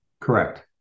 correct